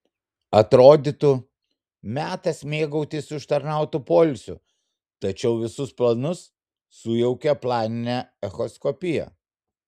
atrodytų metas mėgautis užtarnautu poilsiu tačiau visus planus sujaukė planinė echoskopija